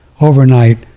overnight